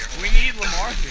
we need lamar